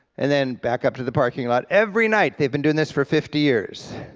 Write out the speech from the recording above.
and then back up to the parking lot. every night, they've been doing this for fifty years,